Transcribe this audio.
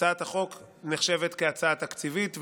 הצעת החוק נחשבת כהצעה תקציבית,